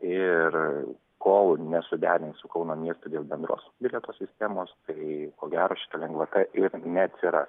ir kol nesuderins su kauno miestu dėl bendros bilieto sistemos tai ko gero šita lengvata ir neatsiras